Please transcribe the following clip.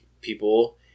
people